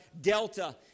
Delta